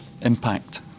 impact